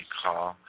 call